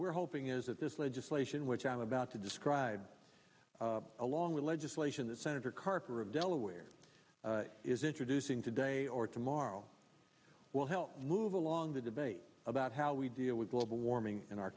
we're hoping is that this legislation which i'll about to describe along the legislation that senator carper of delaware is introducing today or tomorrow will help move along the debate about how we deal with global warming in our